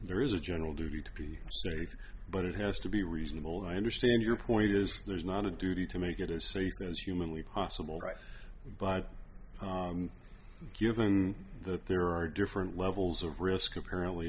there is a general duty to be safe but it has to be reasonable and i understand your point is there's not a duty to make it as sacred as humanly possible right but given that there are different levels of risk apparently